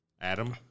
Adam